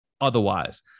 otherwise